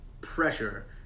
pressure